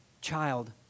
child